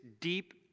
deep